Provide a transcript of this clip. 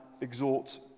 exhort